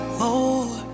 more